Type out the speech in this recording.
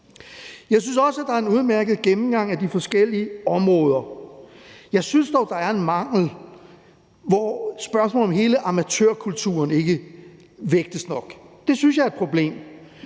Jeg synes også, at der er en udmærket gennemgang af de forskellige områder. Jeg synes dog, at der er en mangel ved, at spørgsmålet om hele amatørkulturen ikke vægtes nok. Det synes jeg er et problem,